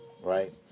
right